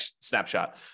snapshot